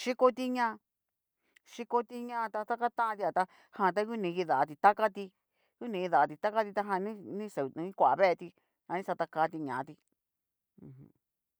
Xhikoti ña, xhiko ña ta taka tantia tá jan ta ngu ni kidatí takatí ngu ni kidati takati ta jan ni nixa nikua veetí, jan ni xatakati ñati u jum.